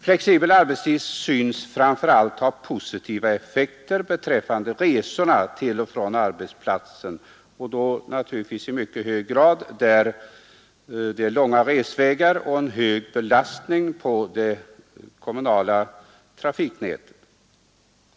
Flexibel arbetstid synes framför allt ha positiva effekter beträffande resorna till och från arbetsplatsen, i synnerhet när det är fråga om långa resvägar och hög belastning på det kommunala trafiknätet.